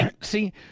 See